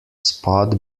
spot